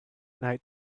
night